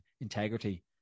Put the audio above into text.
integrity